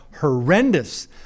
horrendous